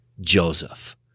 Joseph